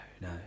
no